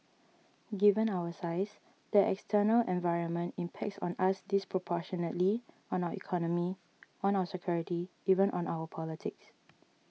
given our size the external environment impacts on us disproportionately on our economy on our security even on our politics